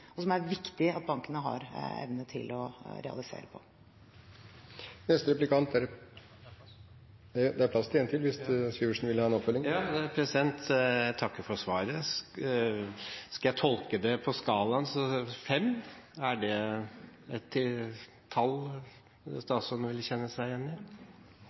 som det er viktig at bankene har evne til å realisere på. Jeg takker for svaret. Skal jeg tolke det på skalaen til 5? Er det et tall statsråden vil kjenne seg igjen i?